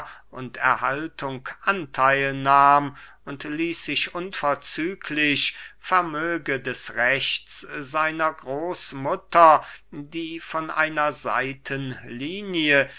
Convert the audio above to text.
und erhaltung antheil nahm und ließ sich unverzüglich vermöge des rechts seiner großmutter die von einer seitenlinie